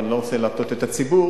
ואני לא רוצה להטעות את הציבור,